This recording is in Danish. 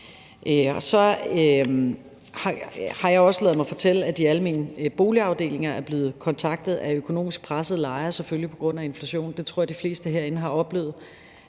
Så har jeg også ladet mig fortælle, at de almene boligafdelinger er blevet kontaktet af økonomisk pressede lejere, selvfølgelig på grund af inflation; det tror jeg de fleste herinde også har oplevet,